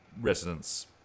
residents